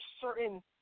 certain